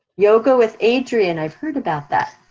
yoga with adrienne, i've heard about that.